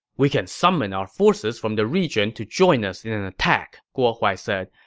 we can summon our forces from the region to join us in an attack, guo huai said.